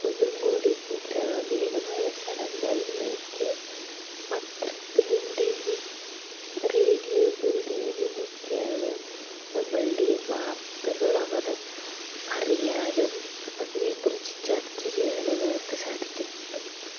ഒന്നുംകൂടി ഗ്രാമീണമായ സ്ഥലങ്ങളിലേക്ക് പത്രത്തിലൂടെയും റേഡിയോയിലൂടെയുമൊക്കെയാണ് നമ്മളുടെ ഈ വാർത്തകൾ അവർ അറിയാനും അതിനെക്കുറിച്ച് ചർച്ച ചെയ്യാനും അവർക്ക് സാധിക്കുന്നത്